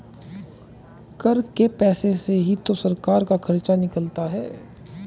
कर के पैसे से ही तो सरकार का खर्चा निकलता है